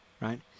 right